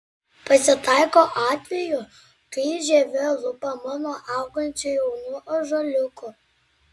pasitaiko atvejų kai žievė lupama nuo augančių jaunų ąžuoliukų